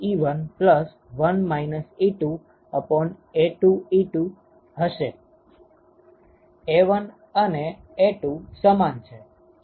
A1 અને A2 સમાન છે